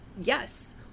yes